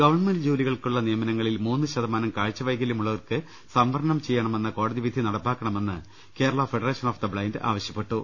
government ജോലികൾക്കുള്ള നിയമനങ്ങളിൽ മൂന്നു ശതമാനം കാഴ്ചവൈകല്യമുള്ളവർക്ക് സംവരണം ചെയ്യണമെന്ന കോടതിവിധി നടപ്പാക്കണ മെന്ന് Kerala federation of the blind ആവശ്യപ്പെട്ടു